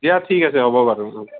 দিয়া ঠিক আছে হ'ব বাৰু ও